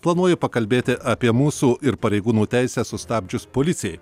planuoju pakalbėti apie mūsų ir pareigūnų teises sustabdžius policijai